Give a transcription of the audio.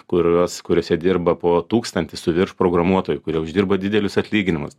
kurios kuriose dirba po tūkstantį su virš programuotojų kurie uždirba didelius atlyginimus